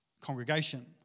congregation